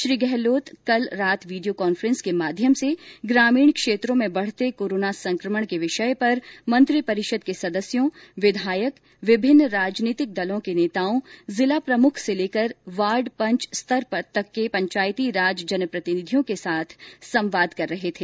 श्री गहलोत कल रात video conference के माध्यम से ग्रामीण क्षेत्रों में बढ़ते कोरोना संक्रमण के विषय पर मंत्रिपरिषद के सदस्यों विधायक विभिन्न राजनीतिक दलों के नेताओं जिला प्रमुख से लेकर वार्ड पंच स्तर तक के पंचायती राज जनप्रतिनिधियों के साथ संवाद कर रहे थे